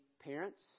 parents